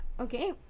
Okay